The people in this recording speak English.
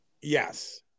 Yes